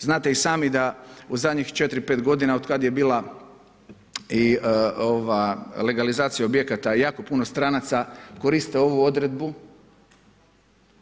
Znate i sami da u zadnjih 4, 5 godina otkada je bila i legalizacija objekata jako puno stranaca koriste ovu odredbu